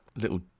Little